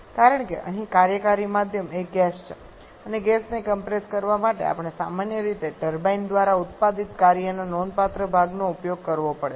કારણ કે અહીં કાર્યકારી માધ્યમ એ ગેસ છે અને ગેસને કમ્પ્રેસ કરવા માટે આપણે સામાન્ય રીતે ટર્બાઇન દ્વારા ઉત્પાદિત કાર્યના નોંધપાત્ર ભાગનો ઉપયોગ કરવો પડે છે